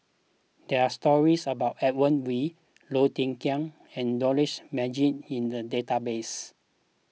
there are stories about Edmund Wee Low Thia Khiang and Dollah Majid in the database